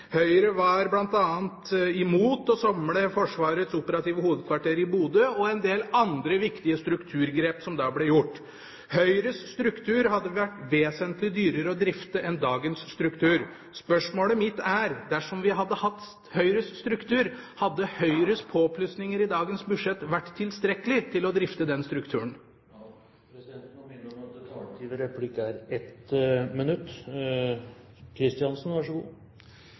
Høyre var bl.a. imot å samle Forsvarets operative hovedkvarter i Bodø og en del andre viktige strukturgrep som da ble gjort. Høyres struktur hadde vært vesentlig dyrere å drifte enn dagens struktur. Spørsmålet mitt er: Dersom vi hadde hatt Høyres struktur, hadde Høyres påplussinger i dagens budsjett vært tilstrekkelig til å drifte den strukturen? Presidenten vil minne om at taletiden ved replikk er 1 minutt.